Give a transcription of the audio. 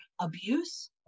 abuse